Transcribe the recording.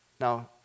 Now